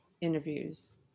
interviews